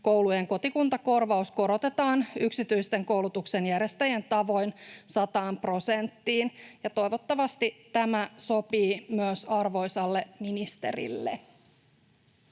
koulujen kotikuntakorvaus korotetaan yksityisten koulutuksen järjestäjien tavoin 100 prosenttiin, ja toivottavasti tämä sopii myös arvoisalle ministerille.